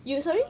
ya sorry